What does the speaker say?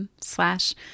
slash